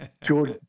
George